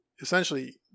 essentially